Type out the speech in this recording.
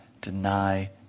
deny